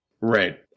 Right